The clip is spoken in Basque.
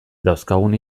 dauzkagun